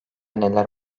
neler